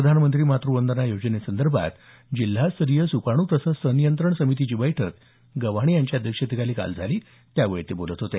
प्रधानमंत्री मातृवंदना योजनेसंदर्भात जिल्हास्तरीय सुकाणू तसंच सनियंत्रण समितीची बैठक गव्हाणे यांच्या अध्यक्षतेखाली काल झाली त्यावेळी ते बोलत होते